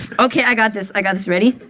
ok. i got this. i got this, ready?